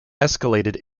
escalated